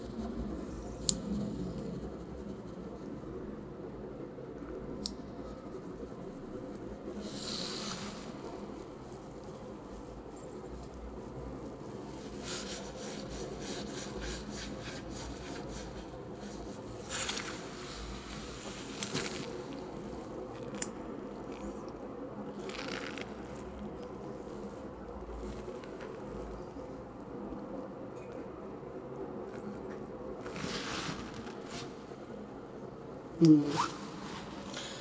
mm